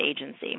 agency